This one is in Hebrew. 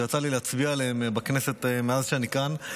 שיצא לי להצביע עליהם בכנסת מאז שאני כאן.